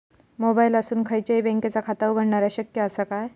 मोबाईलातसून खयच्याई बँकेचा खाता उघडणा शक्य असा काय?